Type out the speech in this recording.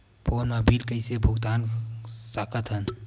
Phone मा bill कइसे भुक्तान साकत हन?